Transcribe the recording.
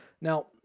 Now